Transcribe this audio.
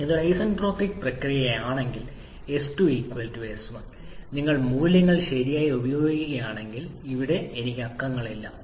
ഇത് ഒരു ഐസന്റ്രോപിക് പ്രക്രിയയാണെങ്കിൽ s2 s1 നിങ്ങൾ മൂല്യങ്ങൾ ശരിയായി ഉപയോഗിക്കുകയാണെങ്കിൽ ഇവിടെ എനിക്ക് അക്കങ്ങളില്ല നിങ്ങൾ ദയവായി ഞങ്ങളുടെ പട്ടിക പരിശോധിക്കുക